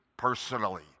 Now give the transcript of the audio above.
personally